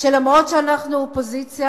שאף שאנחנו אופוזיציה,